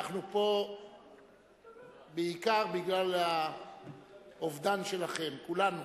אנחנו פה בעיקר בגלל האובדן שלכן, כולנו.